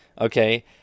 Okay